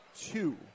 two